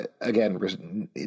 again